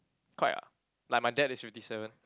quite ah like my dad is fifty seven